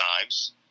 times